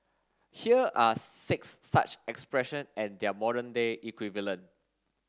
here are six such expression and their modern day equivalent